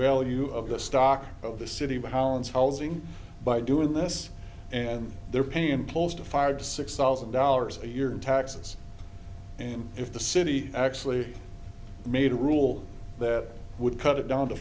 value of the stock of the city by holland's housing by doing this and they're paying employees to fire to six thousand dollars a year in taxes and if the city actually made a rule that would cut it down to